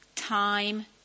time